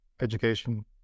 education